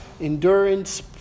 endurance